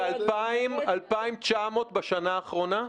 זה 2,900 בשנה האחרונה?